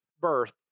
birth